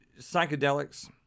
psychedelics